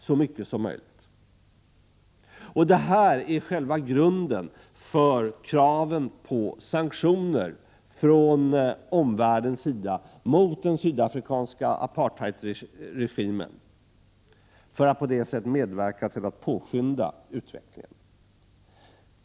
Detta är själva grunden för kravet från omvärldens sida på sanktioner mot den sydafrikanska apartheidregimen för att på det sättet medverka till att påskynda utvecklingen.